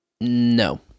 No